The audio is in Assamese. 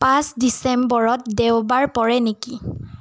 পাঁচ ডিচেম্বৰত দেওবাৰ পৰে নেকি